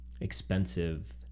expensive